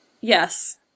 Yes